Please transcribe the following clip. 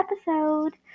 episode